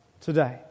today